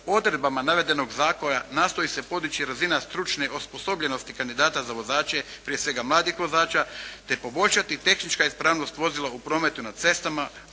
odredbama navedenog zakona nastoji se podići razina stručne osposobljenosti kandidata za vozače, prije svega mladih vozača, te poboljšati tehnička ispravnost vozila u prometu na cestama,